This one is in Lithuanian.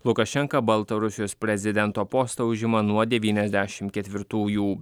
lukašenka baltarusijos prezidento postą užima nuo devyniasdešim ketvirtųjų